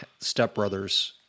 stepbrothers